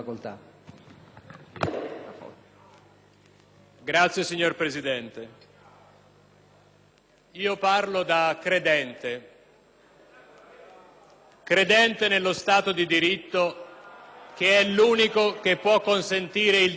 *(PD)*. Signor Presidente, io parlo da credente, credente nello Stato di diritto, che è l'unico che può consentire il diritto alla vita